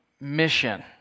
mission